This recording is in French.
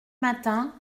matin